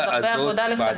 חברים, יש הרבה עבודה לפנינו.